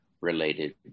related